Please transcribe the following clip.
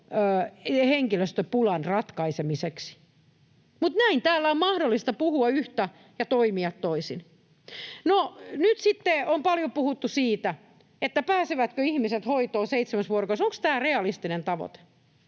hoitohenkilöstöpulan ratkaisemiseksi. Mutta näin täällä on mahdollista puhua yhtä ja toimia toisin. No nyt sitten on paljon puhuttu siitä, että pääsevätkö ihmiset hoitoon seitsemässä vuorokaudessa. Onko tämä realistinen tavoite?